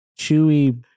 chewy